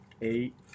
eight